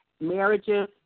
Marriages